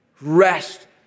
rest